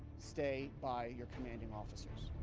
stay by your commanding officers.